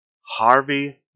Harvey